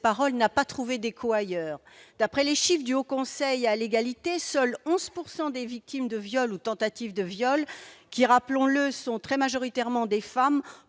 parole n'a pas trouvé d'écho ailleurs. D'après les chiffres du Haut Conseil à l'égalité entre les femmes et les hommes, seules 11 % des victimes de viols ou tentatives de viols, qui, rappelons-le, sont très majoritairement des femmes,